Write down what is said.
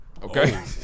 Okay